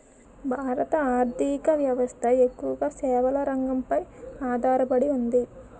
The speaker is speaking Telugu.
భారత ఆర్ధిక వ్యవస్థ ఎక్కువగా సేవల రంగంపై ఆధార పడి ఉంది